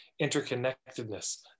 interconnectedness